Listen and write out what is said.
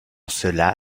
cela